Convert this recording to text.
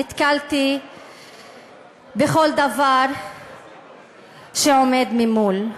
נתקלתי בכל דבר שעומד ממול,